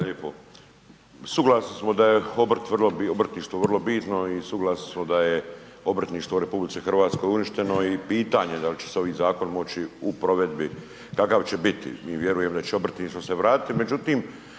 lijepo. Suglasni smo da je obrt vrlo, obrtništvo vrlo bitno i suglasni smo da je obrtništvo u RH uništeno i pitanje dal će se ovi zakon moći u provedbi, kakav će biti, mi vjerujemo da će obrtništvo se vratiti.